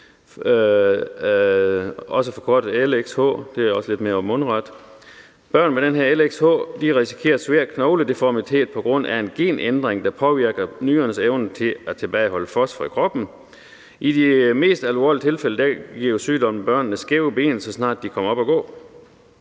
også forkortet XLH, hvilket også er lidt mere mundret. Børn, der lider af XLH, risikerer svær knogledeformitet på grund af en genændring, der påvirker nyrenes evne til at tilbageholde fosfor i kroppen. I de mest alvorlige tilfælde giver sygdommen børnene skæve ben, så snart de kommer op at gå.